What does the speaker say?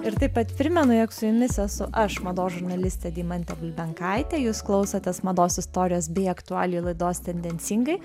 ir taip pat primenu jog su jumis esu aš mados žurnalistė deimantė bulbenkaitė jūs klausotės mados istorijos bei aktualijų laidos tendencingai